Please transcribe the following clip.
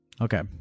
Okay